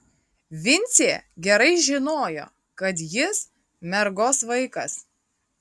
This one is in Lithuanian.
vincė gerai žinojo kad jis mergos vaikas